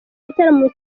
gitaramo